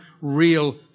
real